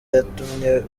yatumye